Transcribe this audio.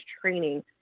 training